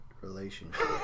relationship